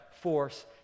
force